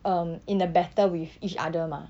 um in a battle with each other mah